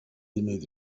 имеет